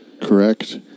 correct